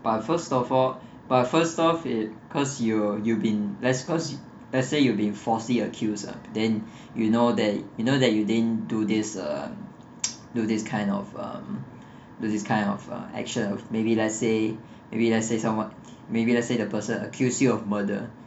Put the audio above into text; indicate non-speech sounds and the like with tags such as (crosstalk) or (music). but first of all but first of is because you you've been let's cause let's say you have been falsely accused lah then you know that you know that you didn't do this uh (noise) do this kind of um do this kind of um action maybe let's say maybe let's say someone maybe let's say the person accused you of murder